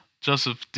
Joseph